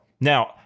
Now